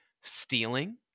stealing